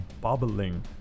bubbling